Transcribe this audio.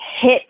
hit